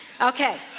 Okay